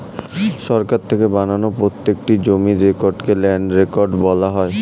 সরকার থেকে বানানো প্রত্যেকটি জমির রেকর্ডকে ল্যান্ড রেকর্ড বলা হয়